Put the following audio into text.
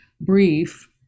brief